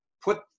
put